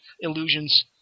illusions